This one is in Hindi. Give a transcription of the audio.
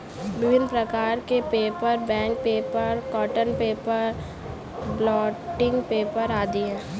विभिन्न प्रकार के paper, bank paper, cotton paper, blotting paper आदि हैं